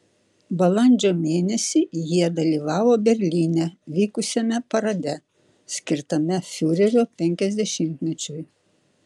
balandžio mėnesį jie dalyvavo berlyne vykusiame parade skirtame fiurerio penkiasdešimtmečiui